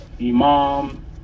imam